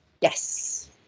Yes